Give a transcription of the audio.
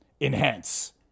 Enhance